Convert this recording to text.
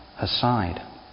Aside